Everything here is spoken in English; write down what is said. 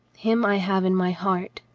him i have in my heart,